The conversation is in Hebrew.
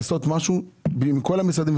לעשות משהו ועם כל המשרדים,